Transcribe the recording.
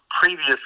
previous